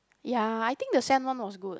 ya I think the sand one was good